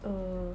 err